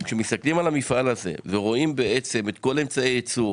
כשמסתכלים על המפעל הזה ורואים בעצם את כל אמצעי הייצור